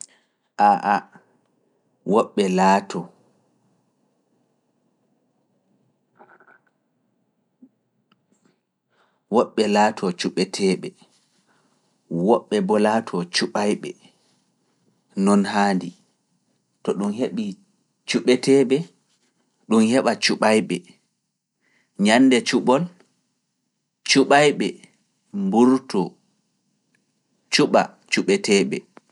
A a, woɓɓe laatoo cuɓeteeɓe, woɓɓe boo laatoo cuɓayɓe, non haandi. To ɗum heɓi cuɓeteeɓe, ɗum heɓa cuɓayɓe. Nyannde cuɓol, cuɓayɓe mburtoo, cuɓa cuɓeteeɓe.